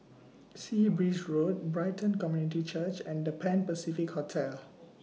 Sea Breeze Road Brighton Community Church and The Pan Pacific Hotel